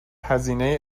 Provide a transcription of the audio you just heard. هزینه